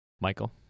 Michael